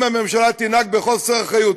אם הממשלה תנהג בחוסר אחריות,